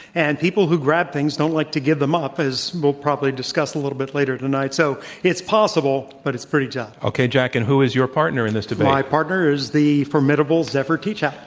and people who grab things don't like to give them up as we'll probably discuss a little bit later tonight. so, it's possible but it's pretty tough. okay, jack, and who is your partner in this debate? my partner is the formidable zephyr teachout.